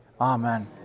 Amen